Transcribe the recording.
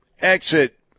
Exit